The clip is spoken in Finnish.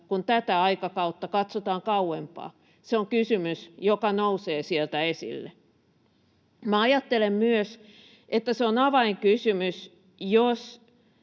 kun tätä aikakautta katsotaan kauempaa, se on kysymys, joka nousee sieltä esille. Minä ajattelen myös, että se on avainkysymys, jos